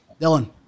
Dylan